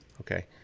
okay